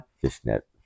fishnet